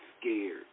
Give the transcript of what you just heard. scared